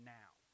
now